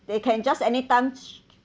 they can just anytime